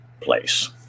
place